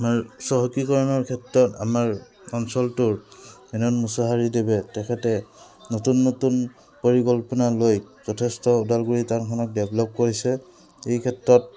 আমাৰ চহকীকৰণৰ ক্ষেত্ৰত আমাৰ অঞ্চলটোৰ মেনন মোছাহাৰীদেৱে তেখেতে নতুন নতুন পৰিকল্পনা লৈ যথেষ্ট ওদালগুৰি টাউনখনক ডেভলপ কৰিছে এই ক্ষেত্ৰত